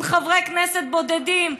עם חברי כנסת בודדים,